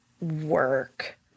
work